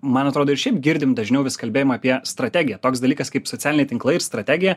man atrodo ir šiaip girdim dažniau vis kalbėjimą apie strategiją toks dalykas kaip socialiniai tinklai ir strategija